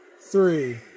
three